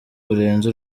burenze